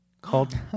called